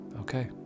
Okay